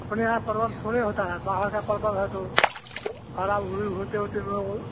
अपनेआप परवल थोड़े होता है बाहर का परवल है तो भाड़ा होते होते वह